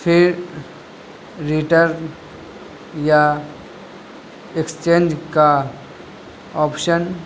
پھر ریٹرن یا ایکسچینج کا آپشن